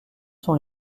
sont